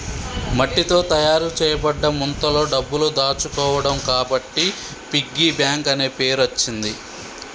మట్టితో తయారు చేయబడ్డ ముంతలో డబ్బులు దాచుకోవడం కాబట్టి పిగ్గీ బ్యాంక్ అనే పేరచ్చింది